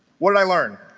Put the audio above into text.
what i learned